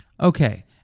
Okay